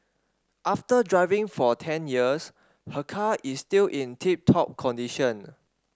after driving for ten years her car is still in tip top condition